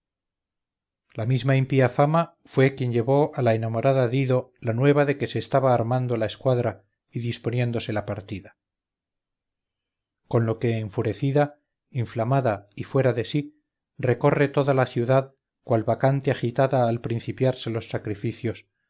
la misma impía fama fue quien llevó a la enamorada dido la nueva de que se estaba armando la escuadra y disponiéndose la partida con lo que enfurecida inflamada y fuera de sí recorre toda la ciudad cual bacante agitada al principiarse los sacrificios